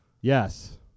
Yes